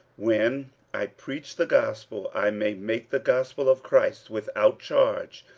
when i preach the gospel, i may make the gospel of christ without charge,